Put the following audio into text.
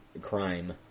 crime